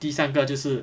第三个就是